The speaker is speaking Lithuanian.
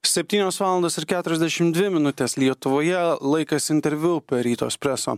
septynios valandos ir keturiasdešim dvi minutės lietuvoje laikas interviu per ryto espreso